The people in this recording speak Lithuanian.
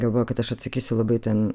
galvojo kad aš atsakysiu labai ten